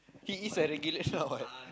he is a regular what